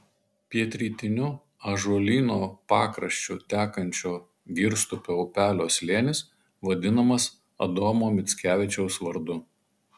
pietrytiniu ąžuolyno pakraščiu tekančio girstupio upelio slėnis vadinamas adomo mickevičiaus vardu